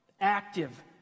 Active